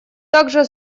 также